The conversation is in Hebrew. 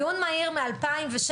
דיון מהיר מ-2016,